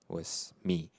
was me